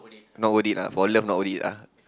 not worth it lah for love not worth it lah